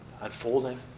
unfolding